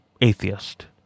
atheist